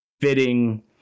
fitting